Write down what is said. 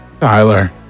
Tyler